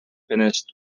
finished